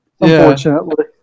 Unfortunately